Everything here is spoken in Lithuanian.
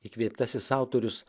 įkvėptasis autorius